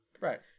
Right